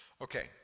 Okay